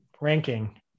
ranking